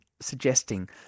suggesting